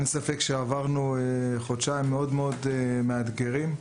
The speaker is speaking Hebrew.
אין ספק שעברנו חודשיים מאוד מאתגרים.